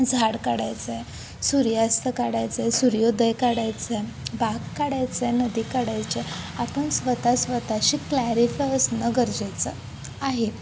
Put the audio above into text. झाड काढायचं आहे सूर्यास्त काढायचं आहे सूर्योदय काढायचं आहे बाग काढायचं आहे नदी काढायची आहे आपण स्वतः स्वतःशी क्लॅरिफाय असणं गरजेचं आहे